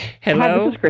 hello